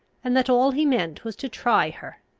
and that all he meant was to try her.